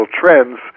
trends